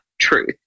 truth